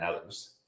others